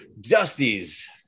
dusty's